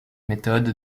méthode